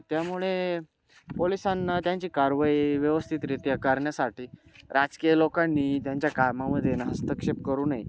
त्यामुळे पोलिसांना त्यांची कारवाई व्यवस्थितरीत्या करण्यासाठी राजकीय लोकांनी त्यांच्या कामामध्येना हस्तक्षेप करू नये